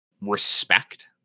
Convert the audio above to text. respect